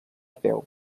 peu